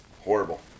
Horrible